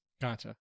gotcha